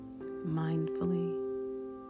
mindfully